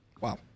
Wow